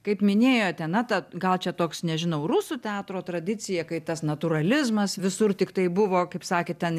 kaip minėjote na ta gal čia toks nežinau rusų teatro tradicija kai tas natūralizmas visur tiktai buvo kaip sakėt ten